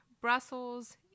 Brussels